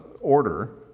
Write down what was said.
order